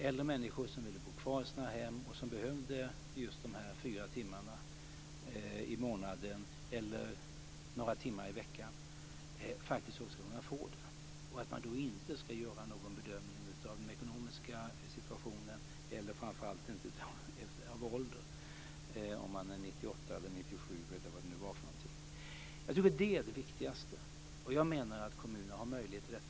Äldre människor som vill bo kvar i sina hem och som behöver just de fyra timmarna i månaden eller några timmar i veckan ska faktiskt kunna få det. Man ska då inte göra någon bedömning av den ekonomiska situationen och framför allt inte av ålder - om man är 98 år eller 97 år, eller vad det nu var för någonting. Det är det viktigaste. Jag menar att kommunerna har möjlighet till detta.